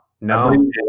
no